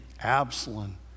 Absalom